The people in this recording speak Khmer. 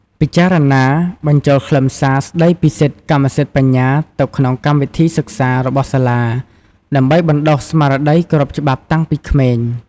ពិចារណាបញ្ចូលខ្លឹមសារស្តីពីសិទ្ធិកម្មសិទ្ធិបញ្ញាទៅក្នុងកម្មវិធីសិក្សារបស់សាលា ដើម្បីបណ្តុះស្មារតីគោរពច្បាប់តាំងពីក្មេង។